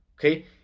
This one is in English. okay